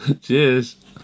Cheers